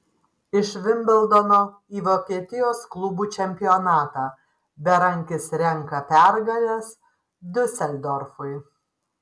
iš vimbldono į vokietijos klubų čempionatą berankis renka pergales diuseldorfui